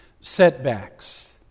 setbacks